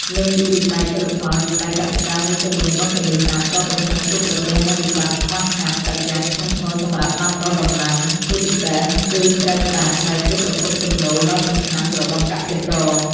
លើសពីវិស័យជលផល វិស័យកសិកម្មនៅជុំវិញបឹងទន្លេសាបក៏កំពុងជួបប្រទះនូវវិបត្តិខ្វះខាតទឹកយ៉ាងធ្ងន់ធ្ងរសម្រាប់ដាំដុះដំណាំ ជាពិសេសគឺស្រូវប្រាំងដែលជាប្រភពចំណូលដ៏សំខាន់របស់កសិករ។